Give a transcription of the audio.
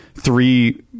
three